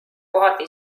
kohati